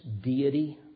deity